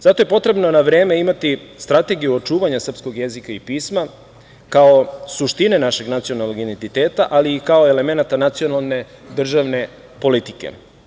Zato je potrebno na vreme imati strategiju očuvanja srpskog jezika i pisma, kao suštine našeg nacionalnog identiteta, ali i kao elemenata nacionalne državne politike.